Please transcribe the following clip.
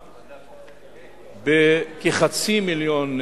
השר, חברי חברי הכנסת,